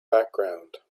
background